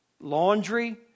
laundry